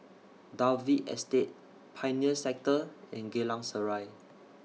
Dalvey Estate Pioneer Sector and Geylang Serai